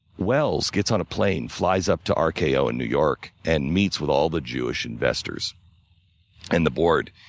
welles gets on a plane, flies up to um rko in new york and meets with all the jewish investors and the board.